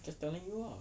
just telling you lah